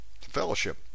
fellowship